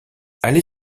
aller